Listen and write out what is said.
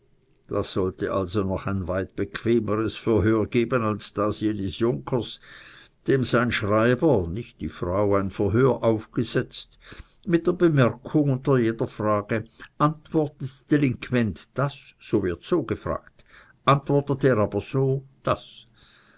das sollte also ein noch weit bequemeres verhör geben als das jenes junkers dem sein schreiber nicht die frau ein verhör aufgesetzt mit der bemerkung unter jeder frage antwortet delinquent das so wird so gefragt antwortet er aber so das